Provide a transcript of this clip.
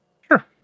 Sure